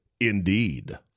indeed